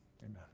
amen